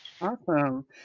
Awesome